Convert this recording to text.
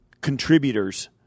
contributors